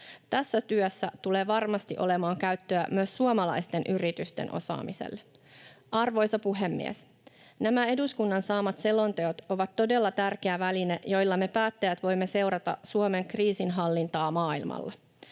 Tässä työssä tulee varmasti olemaan käyttöä myös suomalaisten yritysten osaamiselle. Arvoisa puhemies! Nämä eduskunnan saamat selonteot ovat todella tärkeä väline, joilla me päättäjät voimme seurata Suomen kriisinhallintaa maailmalla.